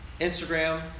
Instagram